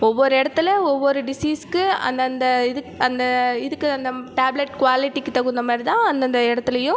ஒவ்வொரு இடத்துல ஒவ்வொரு டிசீஸுக்கு அந்தந்த இது அந்த இதுக்கு அந்த டேப்லெட் குவாலிட்டிக்கு தகுந்த மாதிரி தான் அந்தந்த இடத்துலையும்